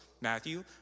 Matthew